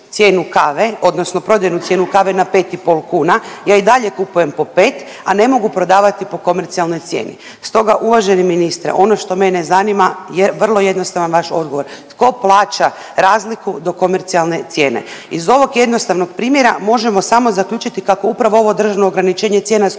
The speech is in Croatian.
cijenu kave, odnosno prodajnu cijenu kave na 5 i pol kuna ja i dalje kupujem po 5, a ne mogu prodavati po komercijalnoj cijeni. Stoga uvaženi ministre ono što mene zanima je vrlo jednostavan vaš odgovor. Tko plaća razliku do komercijalne cijene? Iz ovog jednostavnog primjera možemo samo zaključiti kako upravo ovo državno ograničenje cijena sa